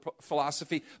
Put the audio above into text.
philosophy